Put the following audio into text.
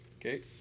Okay